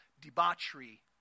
debauchery